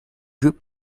group